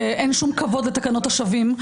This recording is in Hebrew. ואין שום כבוד לתקנות השבים,